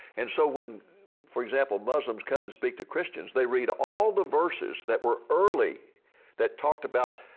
and so when for example muslims come and speak to christians they read all the verses that were early that talked about,